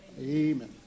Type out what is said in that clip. Amen